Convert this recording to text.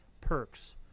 perks